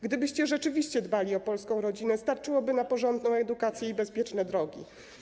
Gdybyście rzeczywiście dbali o polską rodzinę, starczyłoby na porządną edukację i bezpieczne drogi.